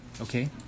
Okay